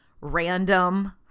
random